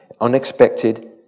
unexpected